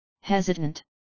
hesitant